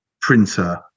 printer